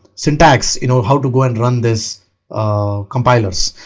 syntax. you know how to and run this ah compilers.